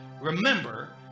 remember